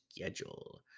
schedule